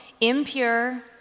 impure